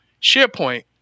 SharePoint